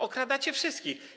Okradacie wszystkich.